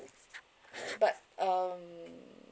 but um